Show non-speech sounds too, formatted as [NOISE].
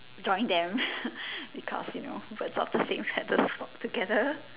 join them [LAUGHS] because you know birds of the same feathers flock together